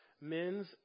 men's